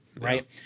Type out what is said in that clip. Right